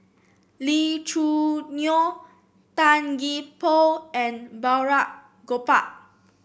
Lee Choo Neo Tan Gee Paw and Balraj Gopal